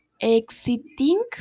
exiting